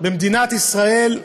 במדינת ישראל,